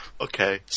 Okay